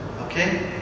Okay